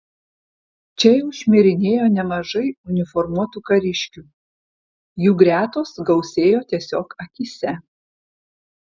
čia jau šmirinėjo nemažai uniformuotų kariškių jų gretos gausėjo tiesiog akyse